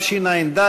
על